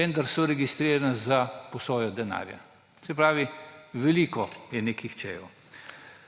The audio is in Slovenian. vendar so registrirane za posojanje denarja. Se pravi, veliko je nekih čejev.